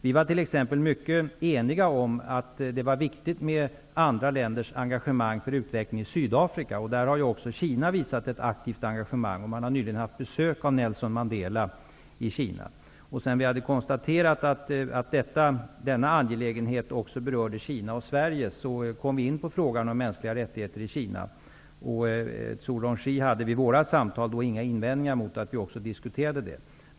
Vi var t.ex. mycket eniga om att det var viktigt att andra länder engagerade sig för utvecklingen i Sydafrika. Där har också kineserna visat ett aktivt engagemang. Man har nyligen haft besök av Nelson Sedan vi konstaterat att denna angelägenhet också berörde Kina och Sverige kom vi in på frågan om mänskliga rättigheter i Kina. Zhu Rongji hade vid våra samtal inga invändningar mot att vi också diskuterade detta.